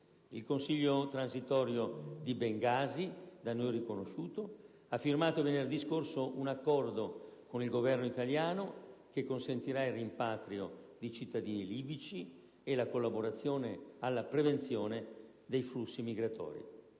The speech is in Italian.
Il Consiglio transitorio di Bengasi, da noi riconosciuto, ha firmato venerdì scorso un accordo con il Governo italiano che consentirà il rimpatrio di cittadini libici e la collaborazione alla prevenzione dei flussi migratori.